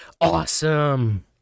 Awesome